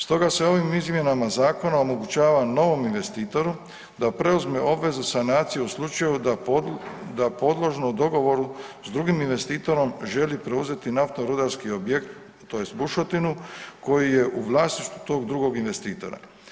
Stoga se ovim izmjenama zakona omogućava novom investitoru da preuzme obvezu sanacije u slučaju da podložno dogovoru s drugim investitorom želi preuzeti naftno-rudarski objekt, tj. bušotinu koji je u vlasništvu tog drugog investitora.